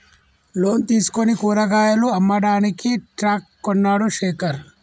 loan తీసుకుని కూరగాయలు అమ్మడానికి ట్రక్ కొన్నడు శేఖర్